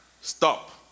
stop